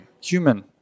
Human